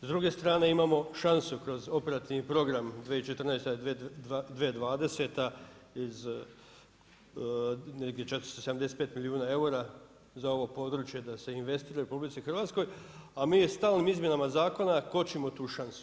S druge strane imamo šansu kroz operativni program 2014., 2020. iz negdje 475 milijuna eura za ovo područje da se investira u RH, a mi stalnim izmjenama zakona kočimo tu šansu.